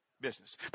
business